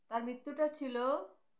তার মৃত্যুটা ছিল